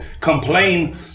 complain